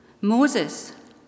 Moses